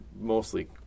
mostly